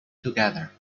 together